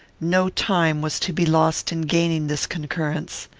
no time was to be lost in gaining this concurrence.